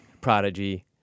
Prodigy